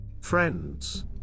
Friends